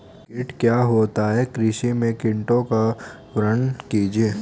कीट क्या होता है कृषि में कीटों का वर्णन कीजिए?